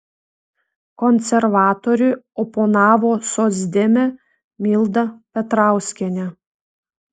konservatoriui oponavo socdemė milda petrauskienė